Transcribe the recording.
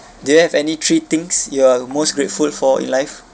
do you have any three things you are most grateful for life